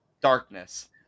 darkness